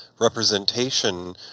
representation